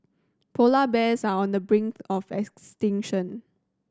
polar bears are on the brink of extinction